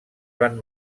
van